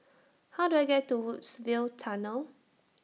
How Do I get to Woodsville Tunnel